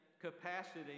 capacity